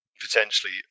potentially